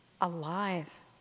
alive